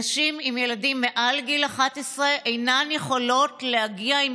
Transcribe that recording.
נשים עם ילדים מעל גיל 11 אינן יכולות להגיע עם